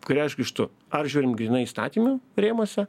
kurią aš grįžtu ar žiūrim grynai įstatymų rėmuose